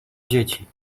dzieci